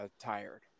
tired